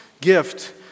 gift